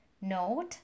note